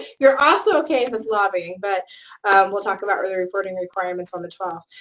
you're also okay if it's lobbying, but we'll talk about early reporting requirements on the twelfth,